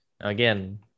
Again